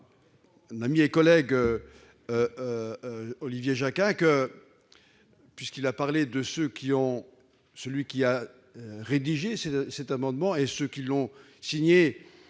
Mon ami et collègue Olivier Jacquin a parlé de celui qui a rédigé cet amendement ; ceux qui l'ont cosigné